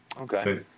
Okay